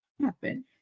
happen